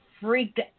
freaked